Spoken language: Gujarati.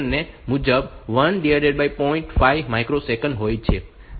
5us હોય છે